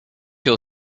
your